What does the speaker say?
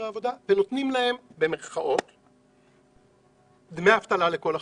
העבודה ונותנים להם דמי אבטלה לכל החיים.